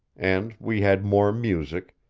and we had more music,